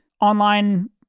online